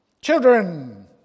Children